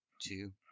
two